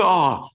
God